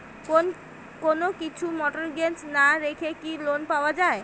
কোন কিছু মর্টগেজ না রেখে কি লোন পাওয়া য়ায়?